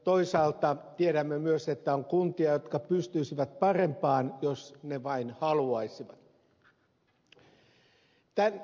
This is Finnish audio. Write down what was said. toisaalta tiedämme myös että on kuntia jotka pystyisivät parempaan jos ne vain haluaisivat